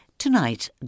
Tonight